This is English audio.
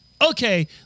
Okay